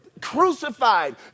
crucified